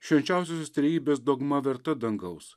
švenčiausiosios trejybės dogma verta dangaus